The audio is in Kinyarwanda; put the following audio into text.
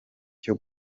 cyo